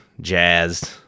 jazzed